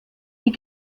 die